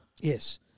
Yes